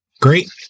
Great